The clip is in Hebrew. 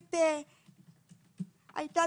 המיגוניות והמרחבים המוגנים